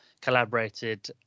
collaborated